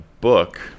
book